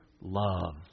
love